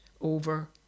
over